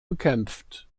bekämpft